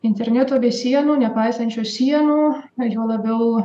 interneto be sienų nepaisančių sienų juo labiau